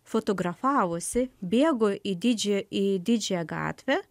fotografavosi bėgo į didžiąją į didžiąją gatvę